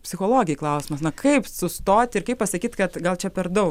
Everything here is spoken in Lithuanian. psichologei klausimas na kaip sustoti ir kaip pasakyt kad gal čia per daug